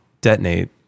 Detonate